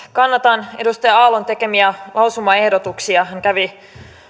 kannatan edustaja aallon tekemiä lausumaehdotuksia hän kävi